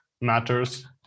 matters